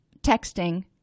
texting